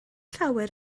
llawer